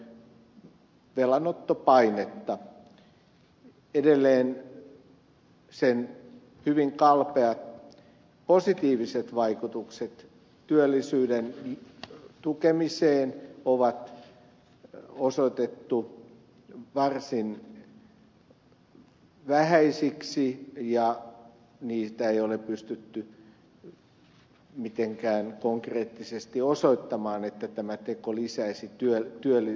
edelleen sen hyvin kalpeat positiiviset vaikutukset työllisyyden tukemiseen on osoitettu varsin vähäisiksi eikä ole pystytty mitenkään konkreettisesti osoittamaan että tämä teko lisäisi työllistämistä